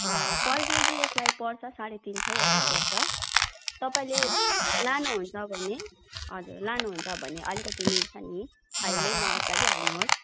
पर KG यसलाई पर्छ साँढे तिन सौहरू पर्छ तपाईँले लानुहुन्छ भने हजुर लानुहुन्छ भने अलिकति मिल्छ नि अहिल्यै नअत्तालिहाल्नुहोस्